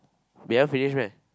we haven't finish meh